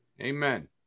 amen